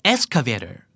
Excavator